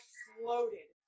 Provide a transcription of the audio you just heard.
floated